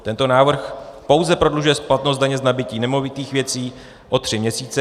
Tento návrh pouze prodlužuje splatnost daně z nabytí nemovitých věcí o tři měsíce.